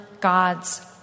God's